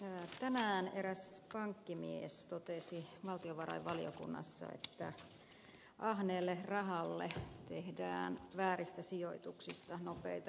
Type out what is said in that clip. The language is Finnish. tänään eräs pankkimies totesi valtiovarainvaliokunnassa että ahneelle rahalle tehdään vääristä sijoituksista nopeita ratkaisuja